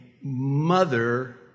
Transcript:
mother